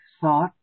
thought